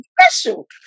special